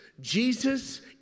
Jesus